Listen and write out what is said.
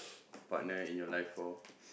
partner in your life for